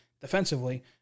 defensively